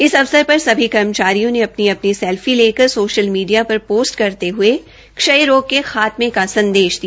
इस अवसर पर सभी कर्मचारियों ने अपनी अपनी सेल्फी लेकर सोशल मीडिया पर पोस्ट करते हये क्षय रोग के खात्मे का संदेश दिया